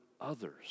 others